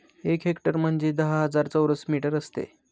एक हेक्टर म्हणजे दहा हजार चौरस मीटर असते